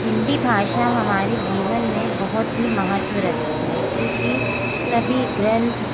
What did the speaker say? हिंदी भाषा हमारे जीवन में बहुत ही महत्व रखती है क्योंकि सभी ग्रंथ